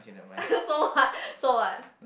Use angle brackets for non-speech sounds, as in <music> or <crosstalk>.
<laughs> so what so what